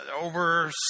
over